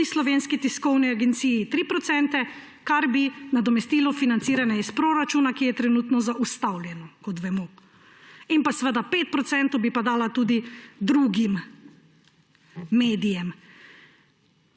tudi Slovenski tiskovni agenciji 3 %, kar bi nadomestilo financiranje iz proračuna, ki je trenutno zaustavljeno, kot vemo, 5 % pa bi dala tudi drugim medijem.